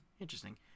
Interesting